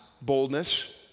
boldness